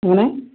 അങ്ങനെ